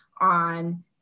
on